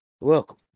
Welcome